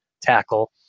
tackle